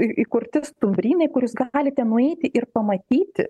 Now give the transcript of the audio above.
į įkurti stumbrynai kur jūs galite nueiti ir pamatyti